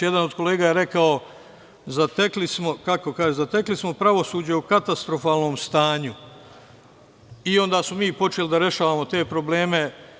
Jedan od kolega je rekao – zatekli smo pravosuđe u katastrofalnom stanju i onda smo mi počeli da rešavamo te probleme.